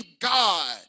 God